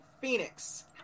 Phoenix